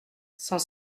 cent